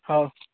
ହଉ